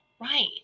right